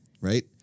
Right